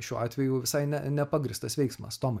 šiuo atveju visai ne nepagrįstas veiksmas tomai